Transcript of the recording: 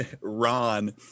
Ron